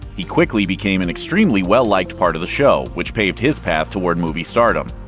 he quickly became an extremely well-liked part of the show, which paved his path toward movie stardom.